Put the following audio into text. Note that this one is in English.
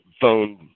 phone